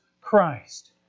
Christ